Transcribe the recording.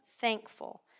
thankful